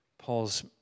Paul's